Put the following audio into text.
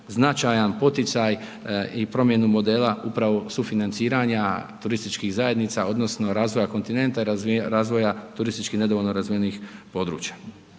značajan poticaj i promjenu modela upravo sufinanciranja turističkih zajednica odnosno razvoja kontinenta i razvoja turistički nedovoljno razvijenih područja.